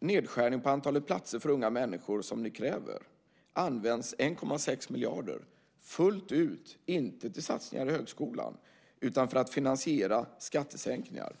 nedskärning av antalet platser för unga människor som ni kräver används 1,6 miljarder fullt ut, inte till satsningar i högskolan utan för att finansiera skattesänkningar.